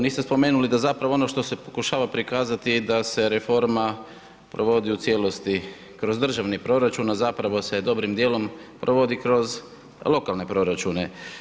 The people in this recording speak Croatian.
Niste spomenuli da zapravo ono što se pokušava prikazati da se reforma provodi u cijelosti kroz državni proračun, a zapravo se dobrim dijelom provodi kroz lokalne proračune.